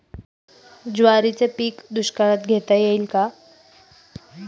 ज्वारीचे पीक दुष्काळात घेता येईल का?